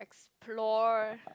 explore